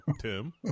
Tim